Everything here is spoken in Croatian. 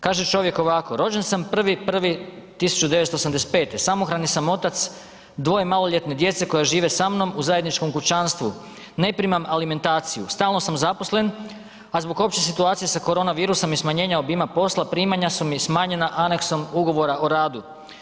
Kaže čovjek ovako, rođen sa 1.1.1985., samohrani sam otac 2 maloljetne djece koja žive sa mnom u zajedničkom kućanstvu, ne primam alimentaciju, stalno sam zaposlen, a zbog opće situacije sa korona virusom i smanjenja obima posla primanja su mi smanjena aneksom ugovora o radu.